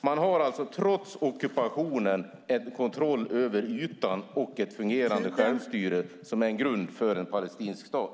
Man har alltså trots ockupationen kontroll över ytan och ett fungerande självstyre som en grund för en palestinsk stat.